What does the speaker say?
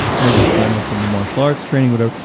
maybe from um from the martial arts training, whatever.